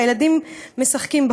והילדים משחקים בחול.